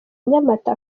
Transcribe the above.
nyamata